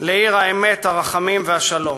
לעיר האמת, הרחמים והשלום.